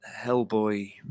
Hellboy